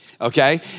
okay